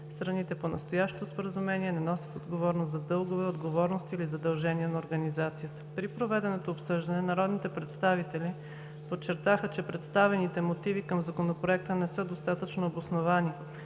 Страните по настоящото споразумение не носят отговорност за дългове, отговорности или задължения на Организацията. При проведеното обсъждане народните представители подчертаха, че представените мотиви към Законопроекта не са достатъчно обосновани.